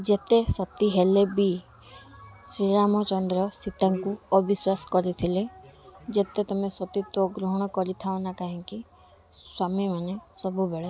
ଯେତେ ସତୀ ହେଲେବି ଶ୍ରୀରାମଚନ୍ଦ୍ର ସୀତାଙ୍କୁ ଅବିଶ୍ୱାସ କରିଥିଲେ ଯେତେ ତମେ ସତୀତ୍ଵ ଗ୍ରହଣ କରିଥାଅନା କାହିଁକି ସ୍ବାମୀମାନେ ସବୁବେଳେ